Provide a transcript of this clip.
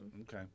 Okay